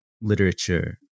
literature